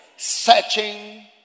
searching